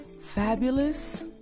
fabulous